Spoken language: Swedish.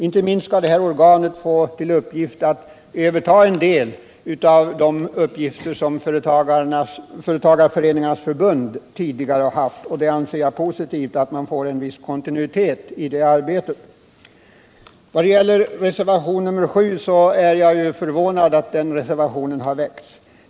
Inte minst skall detta organ få överta en del av de uppgifter som Företagareföreningarnas förbund tidigare har haft, och jag anser det vara positivt att man får en viss fortsättning av det arbetet. Vad gäller reservation nr 7 är jag förvånad över att den reservationen har väckts.